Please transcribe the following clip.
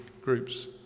groups